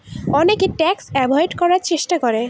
অনেকে tax avoid করার চেষ্টা করে